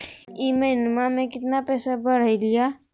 ई महीना मे कतना पैसवा बढ़लेया?